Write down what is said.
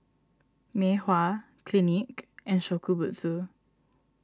Mei Hua Clinique and Shokubutsu